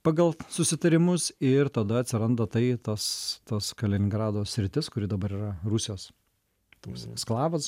pagal susitarimus ir tada atsiranda tai tas tas kaliningrado sritis kuri dabar yra rusijos tas eksklavas